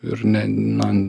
ir ne na